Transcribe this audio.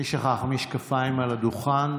מי שכח משקפיים על הדוכן?